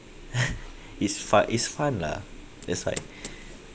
it's fa~ it's fun lah that's why